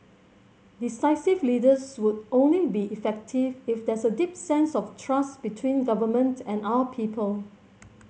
decisive leaders would only be effective if there's a deep sense of trust between government and our people